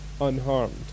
unharmed